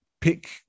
pick